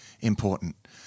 important